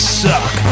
suck